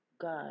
god